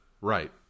Right